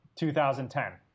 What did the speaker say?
2010